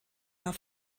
war